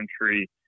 country